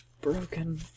broken